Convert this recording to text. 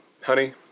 honey